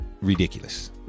ridiculous